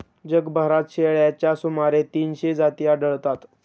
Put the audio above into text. जगभरात शेळ्यांच्या सुमारे तीनशे जाती आढळतात